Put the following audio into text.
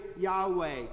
Yahweh